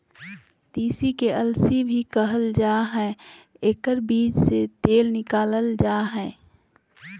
तीसी के अलसी भी कहल जा हइ एकर बीज से तेल निकालल जा हइ